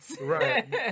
Right